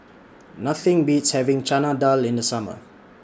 Nothing Beats having Chana Dal in The Summer